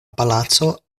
palaco